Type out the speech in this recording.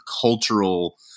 cultural